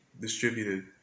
distributed